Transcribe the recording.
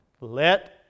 Let